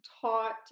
taught